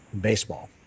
Baseball